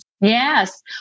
Yes